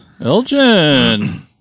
Elgin